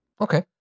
Okay